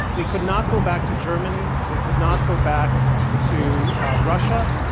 they could not go back to germany, they could not go back to russia,